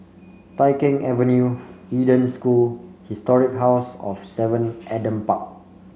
Tai Keng Avenue Eden School and Historic House of Seven Adam Park